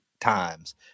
times